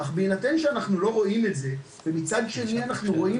אך בהינתן שאנחנו לא רואים את זה ומצד שני אנחנו רואים